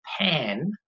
Pan